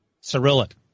Cyrillic